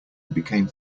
became